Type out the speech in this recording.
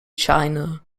china